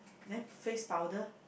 then face powder